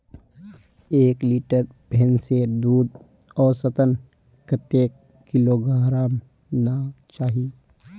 एक लीटर भैंसेर दूध औसतन कतेक किलोग्होराम ना चही?